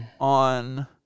on